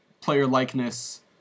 player-likeness